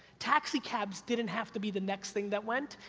taxi cabs didn't have to be the next thing that went,